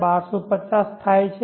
1250 થાય છે